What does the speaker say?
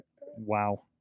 Wow